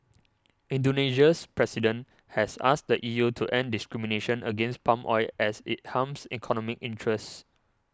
Indonesia's President has asked the E U to end discrimination against palm oil as it harms economic interests